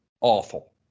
awful